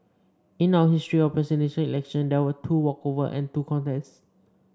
in our history of Presidential Election there were two walkover and two contests